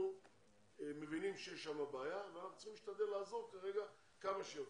אנחנו מבינים שיש שם בעיה ואנחנו כרגע צריכים להשתדל לעזור כמה שיותר.